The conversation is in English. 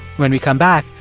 when we come back,